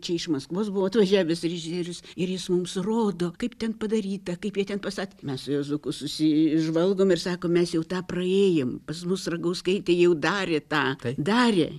čia iš maskvos buvo atvažiavęs režisierius ir jis mums rodo kaip ten padaryta kaip jie ten pastatė mes su juozuku susižvalgom ir sakom mes jau tą praėjom pas mus ragauskaitė jau darė tą darė